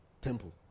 temple